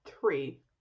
three